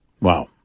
Wow